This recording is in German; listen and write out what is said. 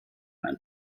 ein